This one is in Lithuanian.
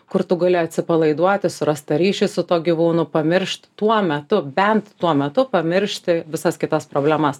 kur tu gali atsipalaiduoti surast tą ryšį su tuo gyvūnu pamiršt tuo metu bent tuo metu pamiršti visas kitas problemas